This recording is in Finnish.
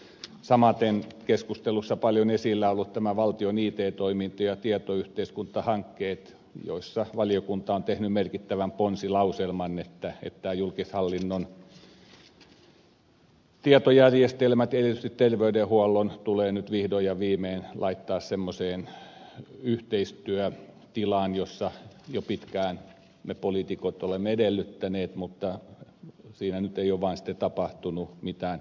samaten keskustelussa paljon esillä ollut valtion it toiminta ja tietoyhteiskuntahankkeet jossa valiokunta on tehnyt merkittävän ponsilauselman että tämä julkishallinnon tietojärjestelmä erityisesti terveydenhuollon tulee nyt vihdoin ja viimein laittaa semmoiseen yhteistyötilaan jota jo pitkään me poliitikot olemme edellyttäneet mutta jonka suhteen nyt ei ole vaan tapahtunut mitään